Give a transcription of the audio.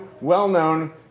well-known